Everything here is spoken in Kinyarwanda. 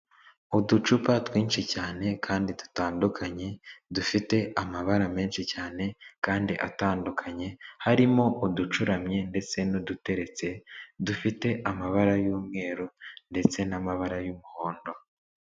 Uducupa twinshi cyane kandi dutandukanye dufite amabara menshi cyane kandi atandukanye, harimo uducuramye ndetse n'udutereretse dufite amabara y'umweru ndetse n'amabara y'umuhondo.